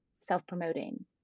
self-promoting